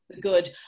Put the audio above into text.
good